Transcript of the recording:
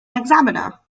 examiner